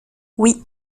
oui